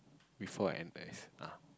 before n_s ah